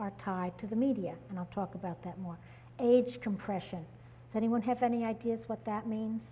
are tied to the media and i'll talk about that more age compression that he won't have any idea what that means